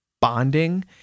bonding